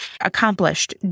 Accomplished